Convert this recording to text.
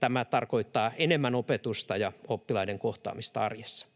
Tämä tarkoittaa enemmän opetusta ja oppilaiden kohtaamista arjessa.